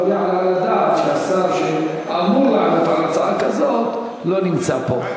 ולא יעלה על הדעת שהשר שאמור לענות על הצעה כזאת לא נמצא פה.